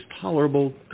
tolerable